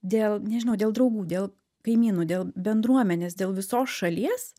dėl nežinau dėl draugų dėl kaimynų dėl bendruomenės dėl visos šalies